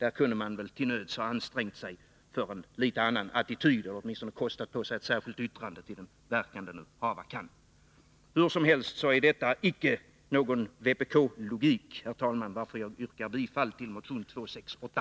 Där kunde man väl till nöds ha ansträngt sig för en litet annan attityd och ha kostat på sig ett särskilt yttrande, till den verkan det hava kan. Hur som helst är detta icke någon vpk-logik, herr talman, varför jag yrkar bifall till motion 268.